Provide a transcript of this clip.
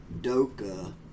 Doka